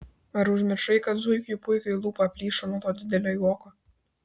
ar užmiršai kad zuikiui puikiui lūpa plyšo nuo to didelio juoko